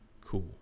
cool